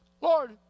Lord